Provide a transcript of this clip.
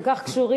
כל כך קשורים,